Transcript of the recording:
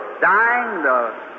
dying